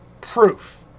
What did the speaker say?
proof